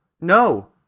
No